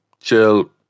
chill